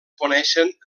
coneixen